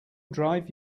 drive